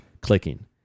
Clicking